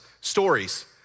stories